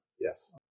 Yes